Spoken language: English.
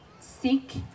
Seek